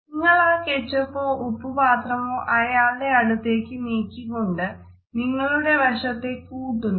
നിങ്ങൾ ആ കെച്ചപ്പോ ഉപ്പുപാത്രമോ അയാളുടെ അടുത്തേക്ക് നീക്കിക്കൊണ്ട് നിങ്ങളുടെ വശത്തെ കൂട്ടുന്നു